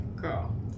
Girl